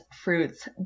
Fruits